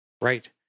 Right